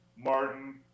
Martin